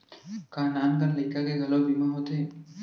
का नान कन लइका के घलो बीमा होथे?